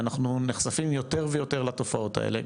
אנחנו נחשפים יותר ויותר לתופעות האלה,